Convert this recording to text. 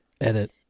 Edit